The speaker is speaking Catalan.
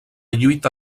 lluita